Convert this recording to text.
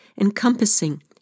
encompassing